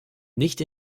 nicht